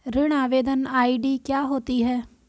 ऋण आवेदन आई.डी क्या होती है?